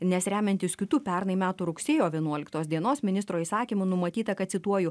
nes remiantis kitų pernai metų rugsėjo vienuoliktos dienos ministro įsakymu numatyta kad cituoju